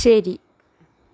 ശരി